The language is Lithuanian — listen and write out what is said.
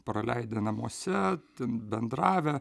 praleidę namuose ten bendravę